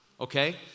Okay